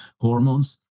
hormones